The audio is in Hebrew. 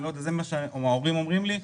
זה מה שההורים אומרים לי,